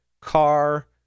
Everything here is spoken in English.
car